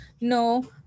no